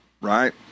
right